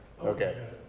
Okay